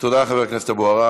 חבר הכנסת אבו עראר.